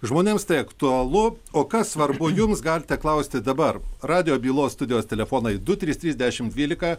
žmonėms tai aktualu o kas svarbu jums galite klausti dabar radijo bylos studijos telefonai du trys trys dešimt dvylika